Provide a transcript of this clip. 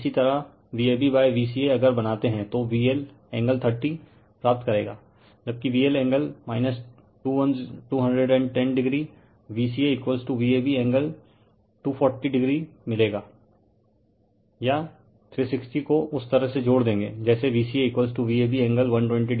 इसी तरह Vab Vca अगर बनाते हैं तो VL एंगल 30 प्राप्त करेगा जबकि VL angle 210o Vca Vab angle 240o मिलेगा या 360 को उस तरह से जोड़ देंगे जेसे Vca Vab एंगल 120o यह संबंध है